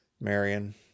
Marion